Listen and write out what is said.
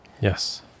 yes